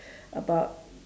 about